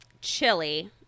chili